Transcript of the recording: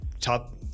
top